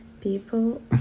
people